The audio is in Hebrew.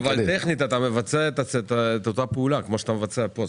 אבל טכנית אתה מבצע את אותה פעולה כמו שאתה מבצע כאן.